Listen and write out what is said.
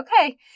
okay